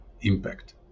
impact